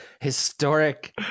historic